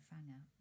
Fanger